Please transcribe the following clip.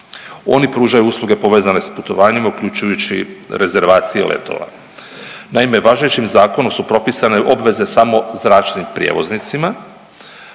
Oni pružaju usluge povezane s putovanjima uključujući rezervacije letova. Naime, važećim zakonom su propisane obveze samo zračnim prijevoznicima